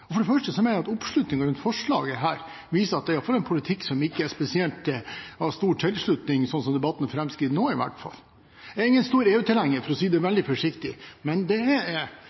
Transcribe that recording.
vært. For det første mener jeg at oppslutningen om dette forslaget viser at det er å føre en politikk som ikke har spesielt stor tilslutning, sånn som debatten framskrider nå i hvert fall. Jeg er ingen stor EU-tilhenger, for å si det veldig forsiktig, men jeg er